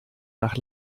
nach